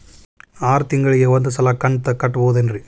ಆರ ತಿಂಗಳಿಗ ಒಂದ್ ಸಲ ಕಂತ ಕಟ್ಟಬಹುದೇನ್ರಿ?